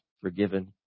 forgiven